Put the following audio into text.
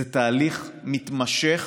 זה תהליך מתמשך